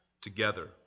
together